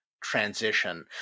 transition